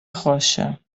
rocha